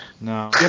no